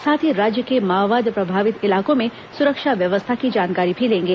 साथ ही राज्य के माओवाद प्रभावित इलाकों में सुरक्षा व्यवस्था की जानकारी भी लेंगे